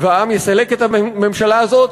והעם יסלק את הממשלה הזאת,